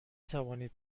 توانید